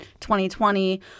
2020